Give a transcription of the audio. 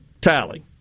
tally